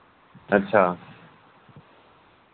अच्छा